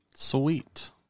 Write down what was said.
Sweet